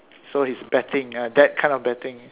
so he is betting ah that kind of betting